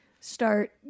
start